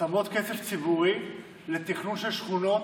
שמות כסף ציבורי לתכנון של שכונות,